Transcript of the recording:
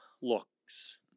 Looks